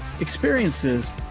experiences